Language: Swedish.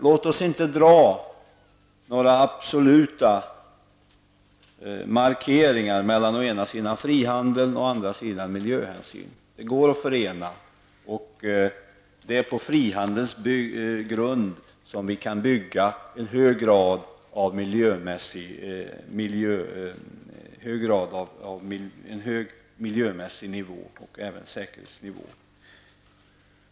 Låt oss inte dra några absoluta skiljelinjer mellan å ena sidan frihandeln och å andra sidan miljöhänsyn. Dessa går att förena. Det är på frihandelns grund vi kan bygga för miljö och säkerhet.